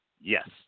Yes